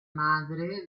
madre